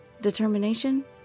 Determination